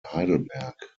heidelberg